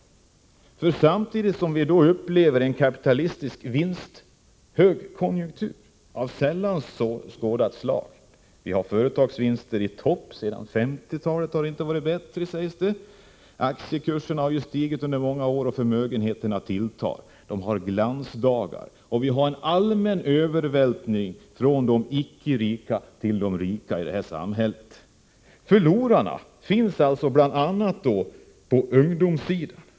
Detta sker samtidigt som vi upplever en kapitalistisk högkonjunktur av sällan skådat slag. Vi har företagsvinster i topp. Sedan 1950-talet har det inte varit bättre, sägs det. Aktiekurserna har stigit under många år och förmögenheterna växer. Kapitalisterna har glansdagar. Vi har en allmän övervältring från de icke rika till de rika i samhället. Förlorarna finns alltså bl.a. på ungdomssidan.